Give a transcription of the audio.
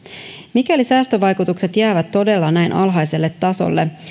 mikäli säästövaikutukset todella jäävät näin alhaiselle tasolle